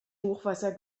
hochwasser